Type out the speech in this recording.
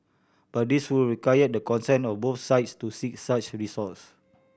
but this would require the consent of both sides to seek such recourse